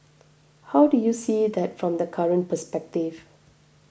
how do you see that from the current perspective